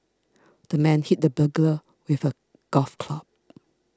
the man hit the burglar with a golf club